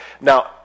Now